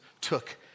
took